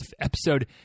episode